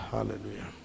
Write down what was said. Hallelujah